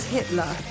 Hitler